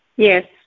Yes